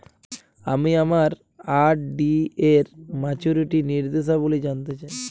আমি আমার আর.ডি এর মাচুরিটি নির্দেশাবলী জানতে চাই